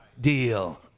deal